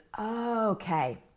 okay